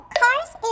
cars